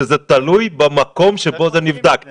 שזה תלוי במקום שבו זה נבדק.